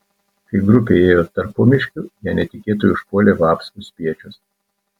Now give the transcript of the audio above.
kai grupė ėjo tarpumiškiu ją netikėtai užpuolė vapsvų spiečius